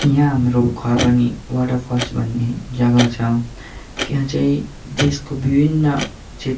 यहाँ हाम्रो Kharbani water falls भन्ने जग्गा छ त्यहाँ चाहिँ देशको विभिन्न छेत्